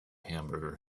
hamburger